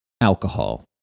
Alcohol